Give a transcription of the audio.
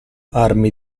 armi